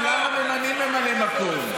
זה לא ממלא מקום.